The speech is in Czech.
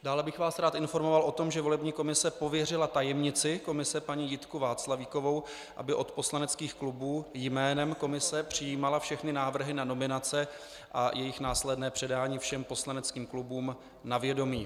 Dále bych vás rád informoval o tom, že volební komise pověřila tajemnici komise paní Jitku Václavíkovou, aby od poslaneckých klubů jménem komise přijímala všechny návrhy na nominace a jejich následné předání všem poslaneckým klubům na vědomí.